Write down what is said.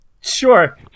Sure